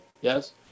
Yes